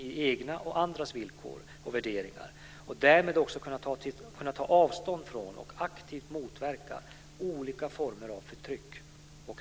Vi hade en liten öppning när skolministern och jag debatterade frågan.